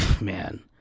man